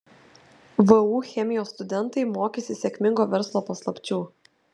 vu chemijos studentai mokysis sėkmingo verslo paslapčių